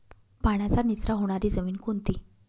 पाण्याचा निचरा होणारी जमीन कोणती?